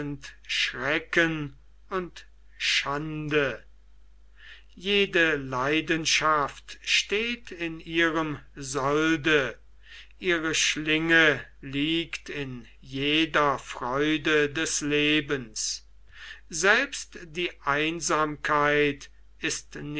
schrecken und schande jede leidenschaft steht in ihrem solde ihre schlinge liegt in jeder freude des lebens selbst die einsamkeit ist